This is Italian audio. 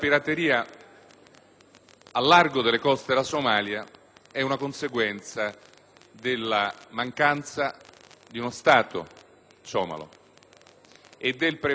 Grazie